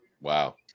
wow